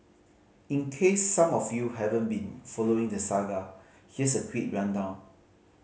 in case some of you haven't been following the saga here's a quick rundown